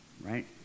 right